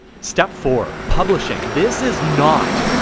step four. publishing. this is not,